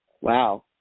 Wow